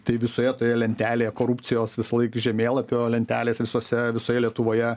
tai visoje toje lentelėje korupcijos visąlaik žemėlapio lentelės visose visoje lietuvoje